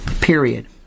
Period